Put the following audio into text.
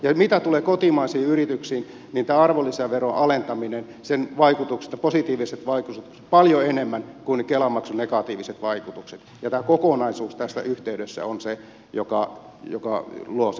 ja mitä tulee kotimaisiin yrityksiin tämän arvonlisäveron alentamisen positiiviset vaikutukset ovat paljon enemmän kuin kela maksun negatiiviset vaikutukset ja tämä kokonaisuus tässä yhteydessä on se joka luo sen positiivisen vaikutuksen